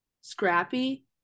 scrappy